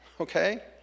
okay